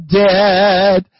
dead